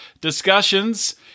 discussions